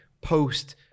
post